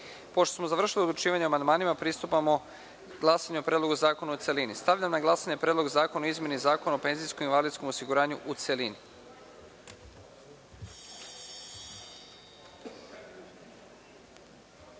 smo završili odlučivanje o amandmanima, pristupamo glasanju o Predlogu zakona u celini. Stavljam na glasanje Predlog zakona o izmeni zakona o penzijskom i invalidskom osiguranju u celini. Molim